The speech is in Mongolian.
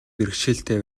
бэрхшээлтэй